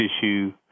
tissue